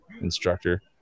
instructor